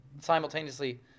Simultaneously